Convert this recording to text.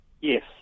Yes